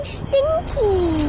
stinky